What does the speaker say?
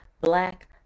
black